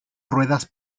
ruedas